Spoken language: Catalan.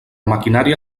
maquinària